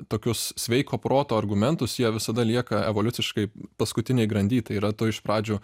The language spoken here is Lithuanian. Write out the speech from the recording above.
tokius sveiko proto argumentus jie visada lieka evoliuciškai paskutinėj grandy tai yra tu iš pradžių